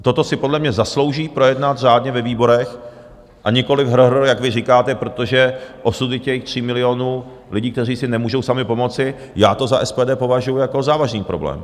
Toto si podle mě zaslouží projednat řádně ve výborech a nikoliv hrrr hrrr, jak vy říkáte, protože osudy těch 3 milionů lidí, kteří si nemůžou sami pomoci já to za SPD považuji jako závažný problém.